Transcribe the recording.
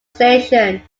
station